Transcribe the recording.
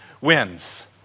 wins